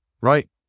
Right